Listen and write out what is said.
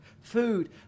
food